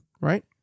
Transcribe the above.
right